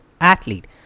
athlete